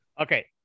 Okay